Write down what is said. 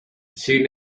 sin